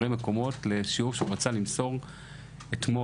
שיעור שהוא רצה למסור אתמול,